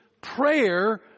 prayer